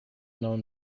known